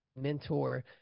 mentor